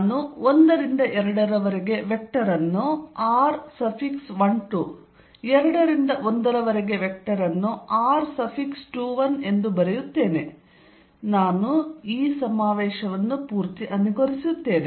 ನಾನು 1 ರಿಂದ 2 ರವರೆಗೆ ವೆಕ್ಟರ್ ಅನ್ನು r12 2 ರಿಂದ 1 ರವರೆಗೆ ವೆಕ್ಟರ್ ಅನ್ನು r21 ಎಂದು ಬರೆಯುತ್ತೇನೆ ನಾನು ಈ ಸಮಾವೇಶವನ್ನು ಪೂರ್ತಿ ಅನುಸರಿಸುತ್ತೇನೆ